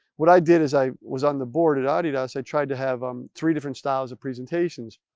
what i did, is, i was on the board at adidas, i tried to have um three different styles of presentations.